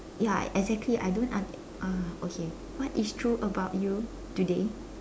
ya exactly I don't under~ uh okay what is true about you today